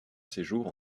séjours